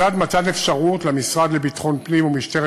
לצד מתן אפשרות למשרד לביטחון הפנים ולמשטרת